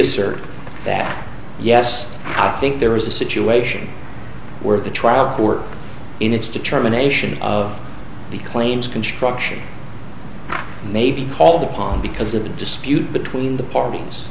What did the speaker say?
assert that yes i think there is a situation where the trial court in its determination of the claims construction may be called upon because of the dispute between the parties